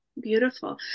Beautiful